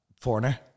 Foreigner